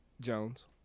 Jones